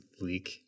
leak